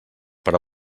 per